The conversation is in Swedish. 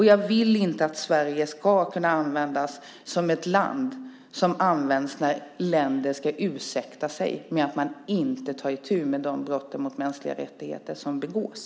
Jag vill inte att Sverige ska vara ett land som kan användas när länder ska ursäkta sig för att man inte tar itu med de brott mot mänskliga rättigheter som begås.